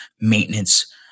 maintenance